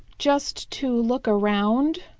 just to look around,